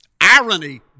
irony